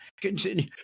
Continue